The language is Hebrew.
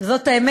זאת האמת.